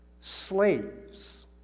slaves